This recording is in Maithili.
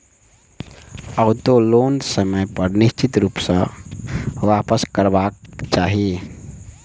औटो लोन समय पर निश्चित रूप सॅ वापसकरबाक चाही